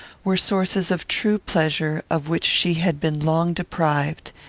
were sources of true pleasure of which she had been long deprived,